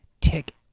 tick